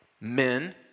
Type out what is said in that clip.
men